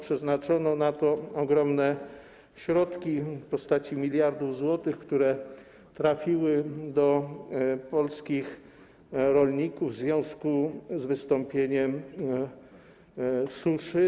Przeznaczono na to ogromne środki w postaci miliardów złotych, które trafiły do polskich rolników w związku z wystąpieniem suszy.